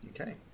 Okay